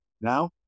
Now